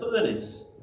furnace